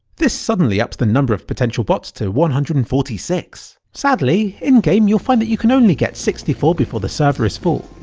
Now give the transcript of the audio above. this ups the number of potential bots to one hundred and forty six! sadly, in-game you'll find that you can only get sixty four before the server is full.